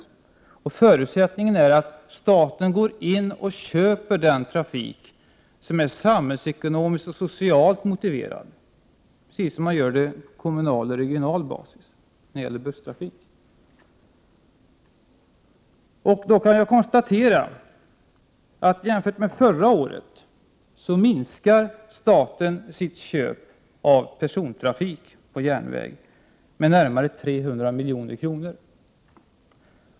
En annan förutsättning är att staten går in och köper den trafik som är samhällsekonomiskt och socialt motiverad, precis som sker på kommunal bas när det gäller busstrafik. Jag måste dock konstatera att jämfört med förra året minskar staten sitt köp av persontrafik på järnväg med närmare 300 milj.kr.